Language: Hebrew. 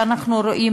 שאנחנו רואים,